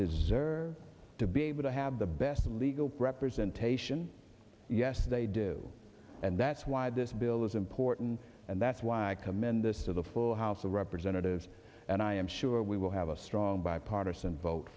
deserve to be able to have the best legal preppers in taishan yes they do and that's why this bill is important and that's why i commend this to the full house of representatives and i am sure we will have a strong bipartisan vote